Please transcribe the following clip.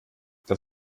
das